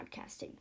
podcasting